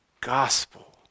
gospel